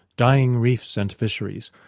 dying reefs and fisheries,